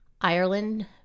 Ireland